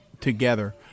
together